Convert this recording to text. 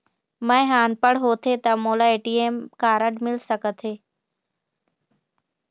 मैं ह अनपढ़ होथे ता मोला ए.टी.एम कारड मिल सका थे?